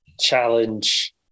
challenge